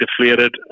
deflated